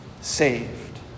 saved